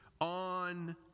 on